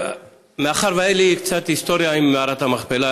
מאחר שהייתה לי קצת היסטוריה עם מערת המכפלה,